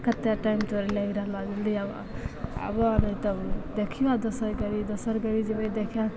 कतेक टाइम तोरा लागि रहलऽ जल्दी आबऽ आबऽ नहि तऽ देखिअऽ दोसर गाड़ी दोसर गाड़ी जेबै देखै